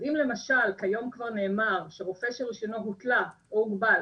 אז אם למשל כיום כבר נאמר שרופא שרישיונו הותלה או הוגבל,